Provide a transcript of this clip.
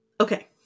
Okay